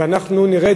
ונראה,